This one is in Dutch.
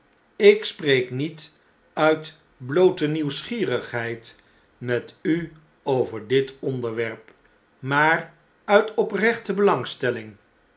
ik spreek niet uit bloote nieuwsgierigheid met u overditonderwerp maar uit oprechte belangstelling